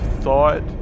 thought